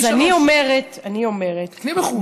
אז אני אומרת, אני אומרת, תקני בחו"ל.